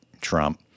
Trump